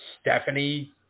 Stephanie